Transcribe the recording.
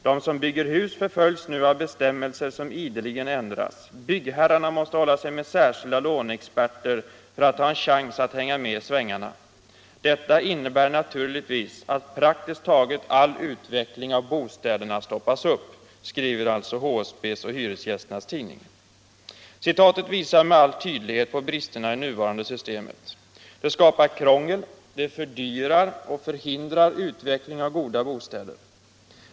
De som bygger hus förföljs nu av bestämmelser som ideligen ändras. Byggherrarna måste hålla sig med särskilda låneexperter för att ha en chans att hänga med i svängarna. Detta innebär naturligtvis att praktiskt taget all utveckling av bostäderna stoppas upp.” Citatet visar med all tydlighet på bristerna i det nuvarande systemet, som skapar krångel, fördyrar och förhindrar utvecklingen av goda bostäder.